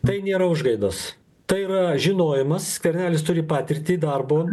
tai nėra užgaidos tai yra žinojimas skvernelis turi patirtį darbo